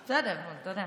בסדר, אבל אתה יודע.